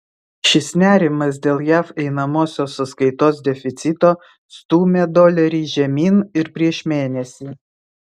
šis nerimas dėl jav einamosios sąskaitos deficito stūmė dolerį žemyn ir prieš mėnesį